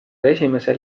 esimesel